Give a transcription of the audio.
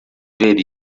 ver